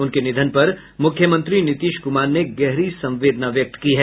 उनके निधन पर मुख्यमंत्री नीतीश कुमार ने गहरी संवेदना व्यक्त की है